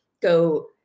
go